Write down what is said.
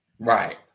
Right